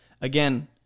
Again